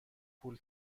پول